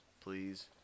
please